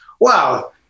wow